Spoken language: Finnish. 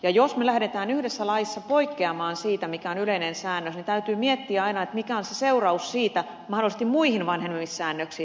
jos me lähdemme yhdessä laissa poikkeamaan siitä mikä on yleinen säännös niin täytyy miettiä aina mikä on se seuraus siitä mahdollisesti muihin vanhenemissäännöksiin